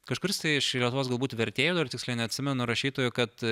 kažkuris tai iš lietuvos galbūt vertėjų dar tiksliai neatsimenu rašytojų kad